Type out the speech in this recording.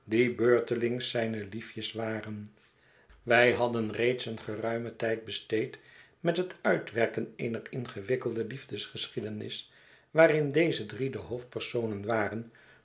beurtelings zijne liefjes waren wij hadden reeds een geruimen tijd besteed met het uitwerken eener ingewikkelde liefdesgeschiedenis waarin deze drie de hoofdpersonen waren